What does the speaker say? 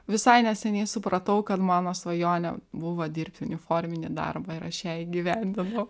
visai neseniai supratau kad mano svajonė buvo dirbt uniforminį darbą ir aš ją įgyvendinau